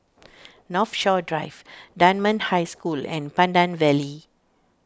Northshore Drive Dunman High School and Pandan Valley